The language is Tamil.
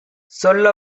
சொல்ல